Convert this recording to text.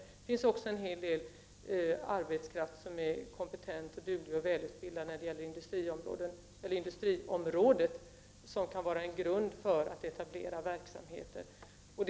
Det finns också på industriområdet en hel del välutbildad och duglig arbetskraft, som kan vara en grund för etablering av verksamheter.